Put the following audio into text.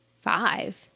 Five